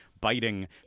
biting